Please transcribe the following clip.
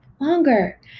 longer